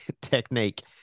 technique